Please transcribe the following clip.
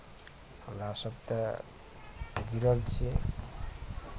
हमरा सब तऽ गिरल छियै